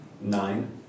Nine